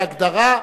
בהגדרה,